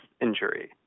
injury